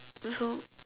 oh so